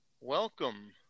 welcome